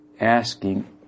asking